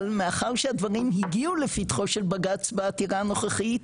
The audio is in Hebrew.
אבל מאחר שהדברים הגיעו לפתחו של בג"צ בעתירה הנוכחית,